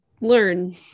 learn